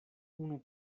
unu